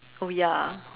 oh ya